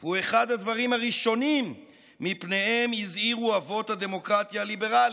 הוא אחד הדברים הראשונים שמפניהם הזהירו אבות הדמוקרטיה הליברלית.